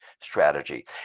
strategy